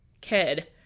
kid